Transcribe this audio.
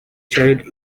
child